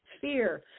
fear